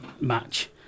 match